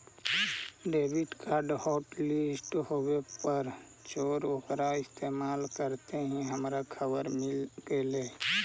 debit card hotlist होवे पर चोर ओकरा इस्तेमाल करते ही हमारा खबर मिल गेलई